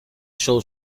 show